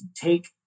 take